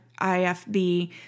IFB